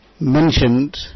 mentioned